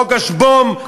חוק השְבּוֹם,